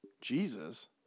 Jesus